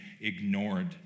ignored